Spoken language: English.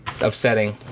upsetting